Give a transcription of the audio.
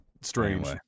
strange